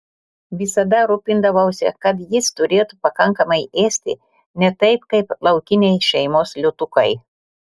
visada rūpindavausi kad jis turėtų pakankamai ėsti ne taip kaip laukiniai šeimos liūtukai